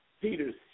Peter's